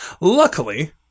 Luckily